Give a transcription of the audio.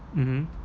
uh